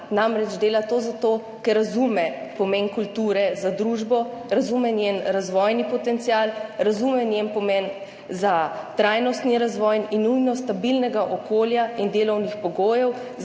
namreč dela to zato, ker razume pomen kulture za družbo, razume njen razvojni potencial, razume njen pomen za trajnostni razvoj in nujnost stabilnega okolja in delovnih pogojev